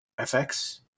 fx